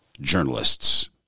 journalists